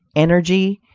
energy,